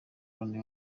loni